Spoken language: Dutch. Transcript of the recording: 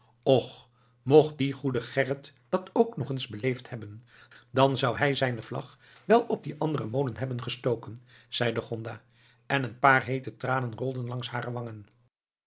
och mocht die goede gerrit dat ook nog eens beleefd hebben dan zou hij zijne vlag wel op dien anderen molen hebben gestoken zeide gonda en een paar heete tranen rolden langs hare wangen